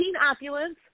Opulence